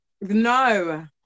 No